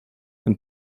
and